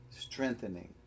Strengthening